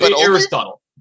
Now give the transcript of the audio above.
Aristotle